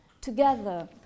together